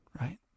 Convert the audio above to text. right